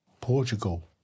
Portugal